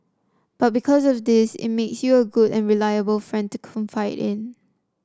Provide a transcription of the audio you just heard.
but because of this it makes you a good and reliable friend to confide in